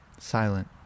silent